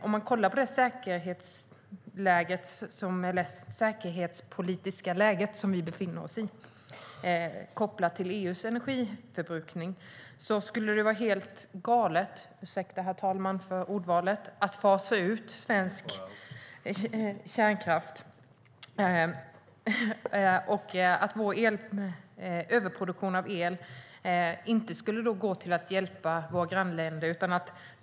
Man kan titta på det säkerhetspolitiska läge som vi befinner oss i kopplat till EU:s energiförbrukning. Det skulle vara helt galet - ursäkta, herr talman, för ordvalet - att fasa ut svensk kärnkraft. Vår överproduktion av el skulle då inte gå till att hjälpa våra grannländer.